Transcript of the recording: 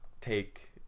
take